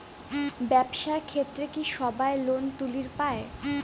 ব্যবসার ক্ষেত্রে কি সবায় লোন তুলির পায়?